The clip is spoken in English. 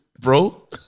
Bro